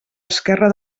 esquerra